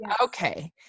okay